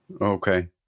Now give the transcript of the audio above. Okay